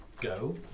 go